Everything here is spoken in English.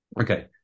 Okay